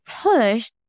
push